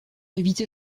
éviter